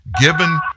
given